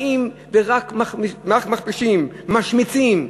באים ורק מכפישים, משמיצים,